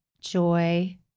joy